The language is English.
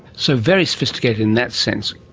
so very sophisticated in that sense.